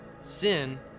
sin